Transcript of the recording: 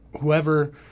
Whoever